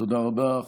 תודה רבה.